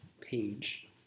page